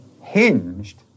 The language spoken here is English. hinged